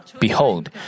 Behold